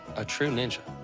a true ninja.